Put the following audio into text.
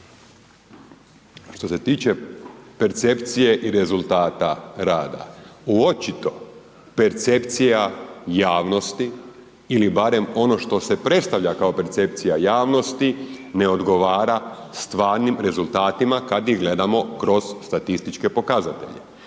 Što se tiče percepcije i rezultat rada, očito percepcija javnosti ili barem ono što se predstavlja kao percepcija javnosti, ne odgovara stvarnim rezultatima kad ih gledamo kroz statističke pokazatelje.